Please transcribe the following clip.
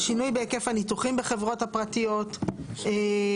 על שינוי בהיקף הניתוחים בחברות הפרטיות ועל